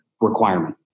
requirement